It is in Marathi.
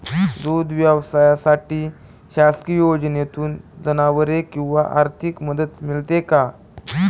दूध व्यवसायासाठी शासकीय योजनेतून जनावरे किंवा आर्थिक मदत मिळते का?